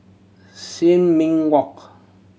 Sin Ming Walk